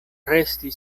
resti